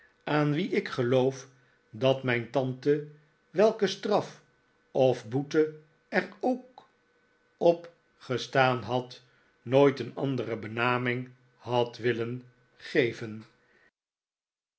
aan wie ik geloof dat mijn tante welke straf of boete er ook op gestaan had nooit een andere benaming had willen geven